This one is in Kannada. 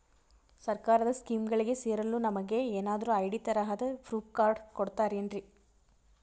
ಸರ್ಕಾರದ ಸ್ಕೀಮ್ಗಳಿಗೆ ಸೇರಲು ನಮಗೆ ಏನಾದ್ರು ಐ.ಡಿ ತರಹದ ಪ್ರೂಫ್ ಕಾರ್ಡ್ ಕೊಡುತ್ತಾರೆನ್ರಿ?